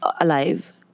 alive